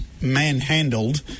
manhandled